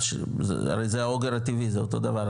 הרי זה האוגר הטבעי זה אותו דבר,